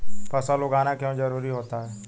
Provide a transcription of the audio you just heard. फसल उगाना क्यों जरूरी होता है?